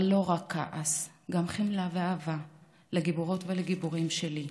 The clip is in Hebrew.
אבל לא רק כעס אלא גם חמלה ואהבה לגיבורות ולגיבורים שלי.